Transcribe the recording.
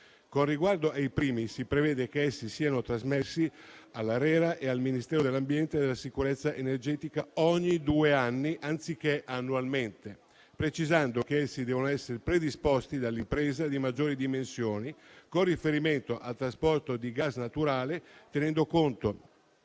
di regolazione per energia reti e ambiente (ARERA) e al Ministero dell'ambiente e della sicurezza energetica ogni due anni anziché annualmente, precisando che essi devono essere predisposti dall'impresa di maggiori dimensioni con riferimento al trasporto di gas naturale, tenendo conto